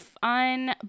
fun